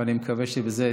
ואני מקווה שבזה,